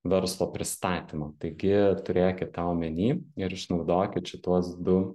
verslo pristatymo taigi turėkit tą omeny ir išnaudokit šituos du